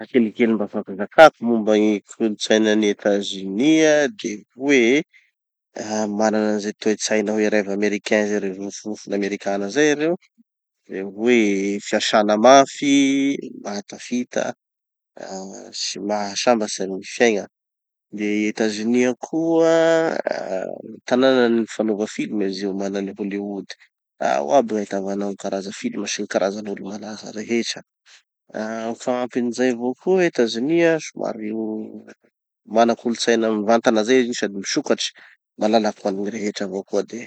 Raha kelikely afaky zakako momba gny kolotsainan'ny etats-unis a, de hoe, ah manana anizay toetsaina hoe rêve americain zay ereo nofinofina amerikana zay ereo. De hoe fiasana mafy mahatafita, ah sy mahasambatsy amy gny fiaigna. De etazonia koa ah tananan'ny fanaova film izy io mana an'i Hollywood. Ao aby gn'ahitavanao gny karaza films sy gny karazan'olo malaza rehetra. Ah ho fagnampin'izay avao koa, Etazonia somary mana kolotsaina mivantana zay izy io sady misokatry malalaky ho an'i rehetra vao koa de.